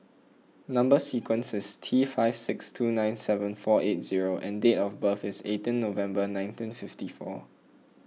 Number Sequence is T five six two nine seven four eight zero and date of birth is eighteen November nineteen fifty four